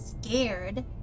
scared